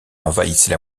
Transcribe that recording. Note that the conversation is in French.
envahissait